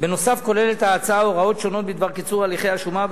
בנוסף כוללת ההצעה הוראות שונות בדבר קיצור הליכי השומה,